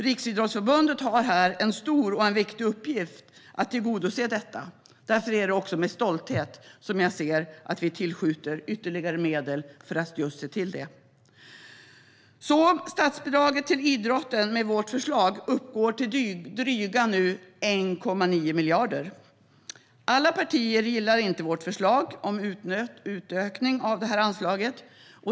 Riksidrottsförbundet har här en stor och viktig uppgift att tillgodose detta. Därför är det med stolthet som jag ser att vi tillskjuter medel för att se till det. Statsbidraget till idrotten uppgår med vårt förslag till drygt 1,9 miljarder. Alla partier gillar inte vårt förslag om utökning av anslaget.